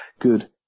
good